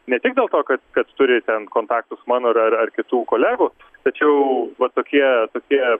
ne tik dėl to kad kad turi ten kontaktus mano ar ar kitų kolegų tačiau va tokie tokie